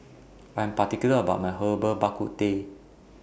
I Am particular about My Herbal Bak Ku Teh